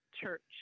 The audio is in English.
church